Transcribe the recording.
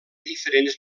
diferents